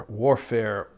warfare